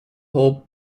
hope